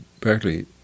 practically